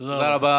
תודה רבה.